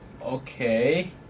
Okay